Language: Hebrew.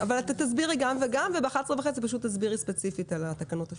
תסבירי גם וגם ובשעה 11:30 פשוט תסבירי ספציפית לגבי התקנות השלישיות.